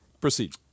proceed